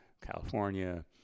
California